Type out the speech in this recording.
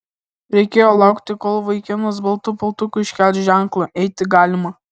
reikėjo laukti kol vaikinas baltu paltuku iškels ženklą eiti galima